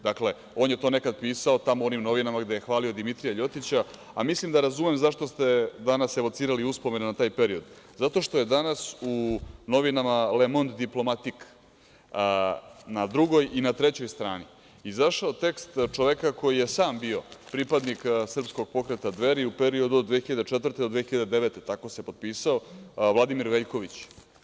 Dakle, on je to nekada pisao tamo u onim novinama gde je hvalio Dimitrija Ljotića, a mislim da razumem zašto ste danas evocirali uspomene na taj period, zato što je danas u novinama „Lemond diplomatik“ ne drugoj i na trećoj strani izašao tekst čoveka koji je sam bio pripadnik Srpskog pokreta Dveri u periodu od 2004. do 2009. godine, tako se potpisao, Vladimir Veljković.